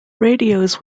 radios